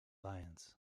lions